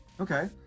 Okay